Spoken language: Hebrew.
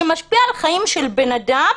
שמשפיע על חיים של בן אדם